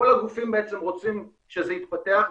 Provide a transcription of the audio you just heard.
כל הגופים רוצים שזה יתפתח,